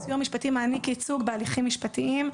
הסיוע המשפטי מעניק ייצוג בהליכים משפטיים.